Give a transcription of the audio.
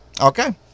Okay